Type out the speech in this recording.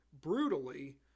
brutally